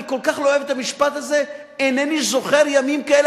אני כל כך לא אוהב את המשפט הזה: אינני זוכר ימים כאלה,